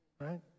right